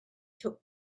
took